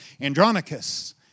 Andronicus